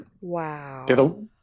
Wow